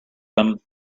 him